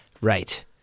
Right